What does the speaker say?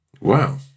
Wow